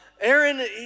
Aaron